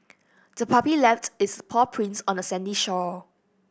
the puppy left its paw prints on the sandy shore